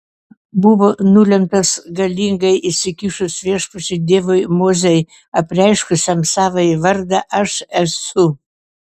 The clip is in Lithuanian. buvo nulemtas galingai įsikišus viešpačiui dievui mozei apreiškusiam savąjį vardą aš esu